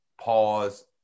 pause